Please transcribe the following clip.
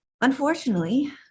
unfortunately